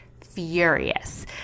furious